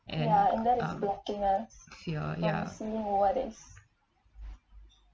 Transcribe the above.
and ya ya ya